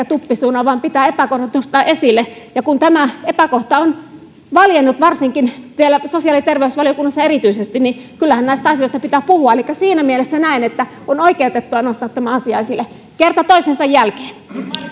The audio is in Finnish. tuppisuuna vaan pitää epäkohdat nostaa esille ja kun tämä epäkohta on valjennut varsinkin sosiaali ja terveysvaliokunnassa erityisesti niin kyllähän näistä asioista pitää puhua elikkä siinä mielessä näen että on oikeutettua nostaa tämä asia esille kerta toisensa jälkeen